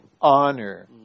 honor